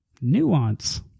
nuance